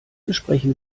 besprechen